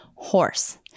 Horse